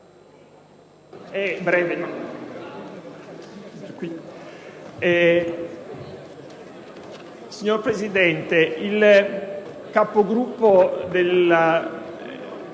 Signora Presidente, il capogruppo del